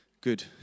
Good